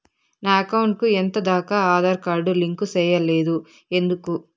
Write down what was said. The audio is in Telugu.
నా అకౌంట్ కు ఎంత దాకా ఆధార్ కార్డు లింకు సేయలేదు ఎందుకు